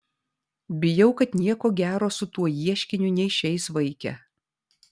bijau kad nieko gero su tuo ieškiniu neišeis vaike